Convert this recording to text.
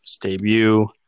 debut